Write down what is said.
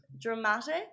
dramatic